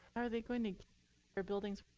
are they going to their buildings